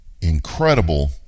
incredible